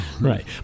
Right